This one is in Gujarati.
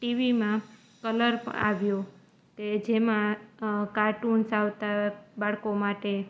ટીવીમાં કલર આવ્યો કે તે જેમાં કાર્ટૂન્સ આવતા બાળકો માટે